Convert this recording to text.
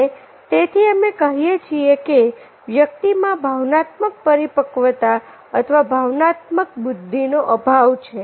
અને તેથી અમે કહીએ છીએ કે વ્યક્તિમાં ભાવનાત્મક પરિપક્વતા અથવા ભાવનાત્મક બુદ્ધિનો અભાવ છે